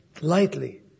lightly